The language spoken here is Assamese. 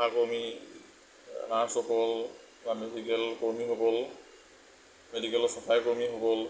আশাকৰ্মী নাৰ্ছসকল বা মেডিকেল কৰ্মীসকল মেডিকেলৰ চাফাই কৰ্মীসকল